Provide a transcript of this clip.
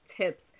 tips